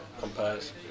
compares